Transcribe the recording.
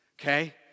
Okay